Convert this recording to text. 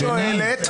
אני לא מצליחה להבין.